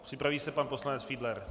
Připraví se pan poslanec Fiedler.